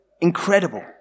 incredible